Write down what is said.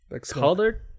colored